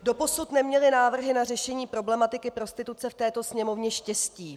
Doposud neměly návrhy na řešení problematiky prostituce v této Sněmovně štěstí.